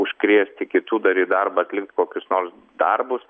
užkrėsti kitų dar į darbą atlikti kokius nors darbus